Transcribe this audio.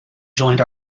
joined